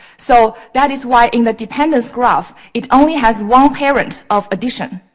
so, that is why, in the dependents graph, it only has one parents of addition.